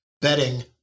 betting